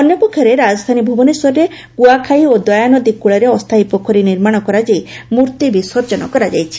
ଅନ୍ୟପକ୍ଷରେ ରାଜଧାନୀ ଭୁବନେଶ୍ୱରରେ କୁଆଖାଇ ଓ ଦୟାନଦୀ କୂଳରେ ଅସ୍ତାୟୀ ପୋଖରୀ ନିର୍ମାଣ କରାଯାଇ ମୂର୍ତି ବିସର୍ଜନ କରାଯାଇଛି